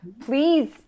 please